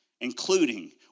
including